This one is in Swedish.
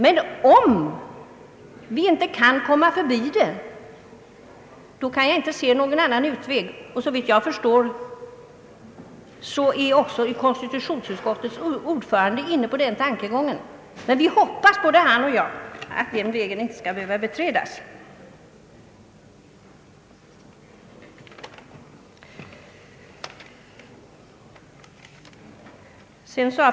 Men om vi inte kan undvara sådana, kan jag inte se någon annan utväg. Såvitt jag förstår är också konstitutionsutskottets ordförande inne på den tankegången. Men både han och jag hoppas att den vägen inte skall behöva beträdas.